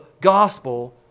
gospel